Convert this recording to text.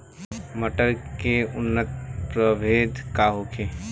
मटर के उन्नत प्रभेद का होखे?